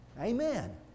Amen